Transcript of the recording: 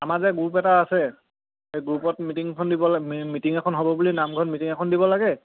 আমাৰ যে গ্ৰুপ এটা আছে সেই গ্ৰুপত মিটিংখন দিব মিটিং এখন হ'ব বুলি নামঘৰত মিটিং এখন দিব লাগে